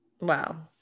Wow